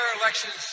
elections